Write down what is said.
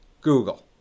google